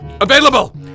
available